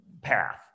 path